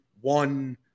one